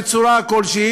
בצורה כלשהי,